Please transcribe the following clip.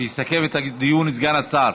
יסכם את הדיון סגן השר.